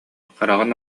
хараҕын